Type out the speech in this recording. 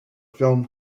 film